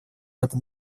этом